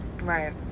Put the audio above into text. Right